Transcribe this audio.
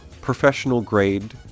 professional-grade